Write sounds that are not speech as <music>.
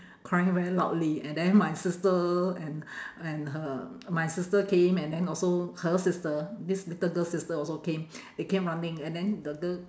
crying very loudly and then my sister and and <breath> her my sister came and then also her sister this little girl's sister also came <breath> they came running and then the girl